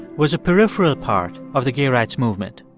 was a peripheral part of the gay rights movement.